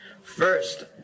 First